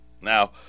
Now